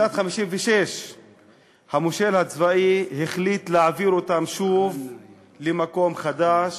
ובשנת 1956 המושל הצבאי החליט לעביר אותם שוב למקום חדש,